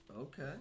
Okay